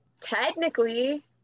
Technically